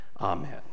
Amen